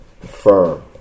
firm